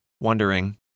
wondering